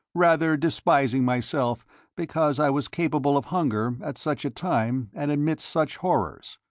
rather despising myself because i was capable of hunger at such a time and amidst such horrors.